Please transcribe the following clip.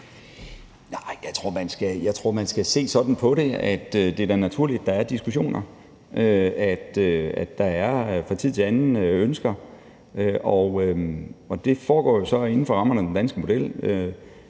Jeg tror, man skal se sådan på det, at det da er naturligt, at der er diskussioner, og at der fra tid til anden er ønsker. Og det foregår jo så inden for rammerne af den danske model.